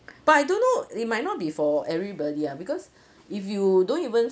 but I don't know it might not be for everybody ah because if you don't even